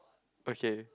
okay